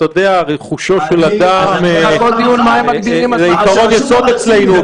אתה יודע, רכושו של אדם זה עיקרון יסוד אצלנו.